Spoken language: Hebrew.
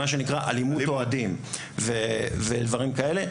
במה שנקרא אלימות אוהדים ובדברים כאלו.